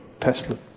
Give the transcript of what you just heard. Tesla